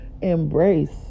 embrace